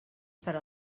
per